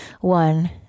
one